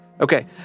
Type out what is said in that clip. Okay